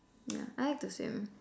yeah I like to swim